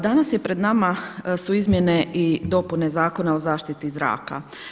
Danas je pred nama su izmjene i dopune Zakona o zaštiti zraka.